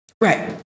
Right